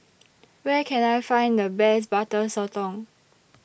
Where Can I Find The Best Butter Sotong